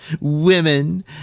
Women